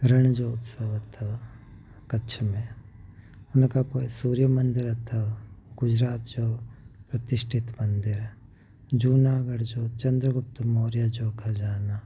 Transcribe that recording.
रण जो उत्सव अथव कच्छ में हुन खां पोइ सूर्य मंदिर अथव गुजरात जो प्रतिष्ठित मंदिर जूनागढ़ जो चंद्रगुप्त मौर्य जो खजाना